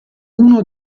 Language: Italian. uno